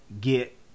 get